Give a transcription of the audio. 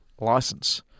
license